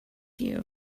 you